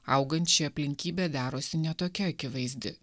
augant ši aplinkybė darosi ne tokia akivaizdi